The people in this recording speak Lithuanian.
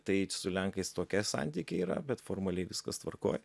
tai su lenkais tokie santykiai yra bet formaliai viskas tvarkoj